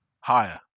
Higher